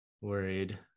worried